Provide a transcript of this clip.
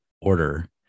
order